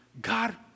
God